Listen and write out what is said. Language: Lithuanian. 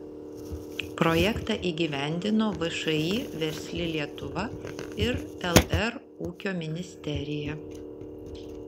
projektą įgyvendino všį versli lietuva ir lr ūkio ministerija